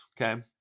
Okay